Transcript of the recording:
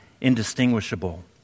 indistinguishable